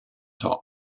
top